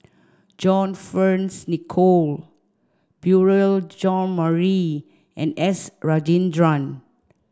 John Fearns Nicoll Beurel Jean Marie and S Rajendran